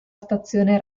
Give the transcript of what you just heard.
stazione